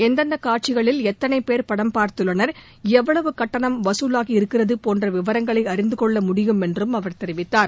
எந்தெந்த காட்சிகளில் எத்தளை பேர் படம் பார்த்துள்ளனர் எவ்வளவு கட்டணம் வசூலாகியிருக்கிறது போன்ற விவரங்களை அறிந்து கொள்ள முடியும் என்றும் அவர் தெரிவித்தார்